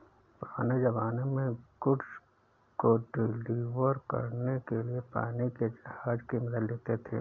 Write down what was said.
पुराने ज़माने में गुड्स को डिलीवर करने के लिए पानी के जहाज की मदद लेते थे